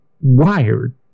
wired